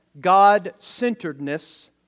God-centeredness